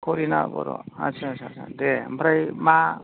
करिना बर' आच्चा आच्चा दे ओमफ्राय मा